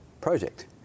project